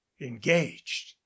engaged